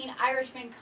irishman